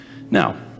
Now